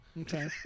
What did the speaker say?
Okay